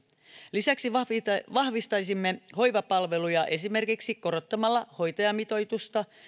lisäksi vahvistaisimme hoivapalveluja esimerkiksi korottamalla hoitajamitoitusta